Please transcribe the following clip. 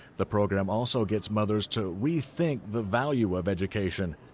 the program also gets mothers to re-think the value of education.